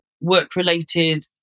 work-related